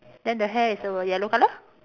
then the hair is a yellow colour